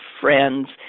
friends